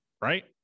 right